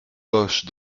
gauche